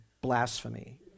blasphemy